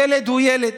ילד הוא ילד.